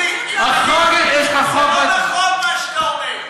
תאמין לי, זה לא נכון, מה שאתה אומר.